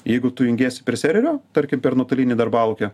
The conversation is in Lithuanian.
jeigu tu jungiesi prie serverio tarkim per nuotolinį darbalaukio